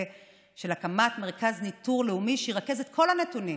של הקמת מרכז ניטור לאומי שירכז את כל הנתונים